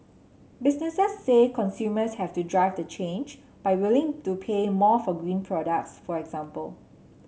businesses say consumers have to drive the change by willing do pay more for green products for example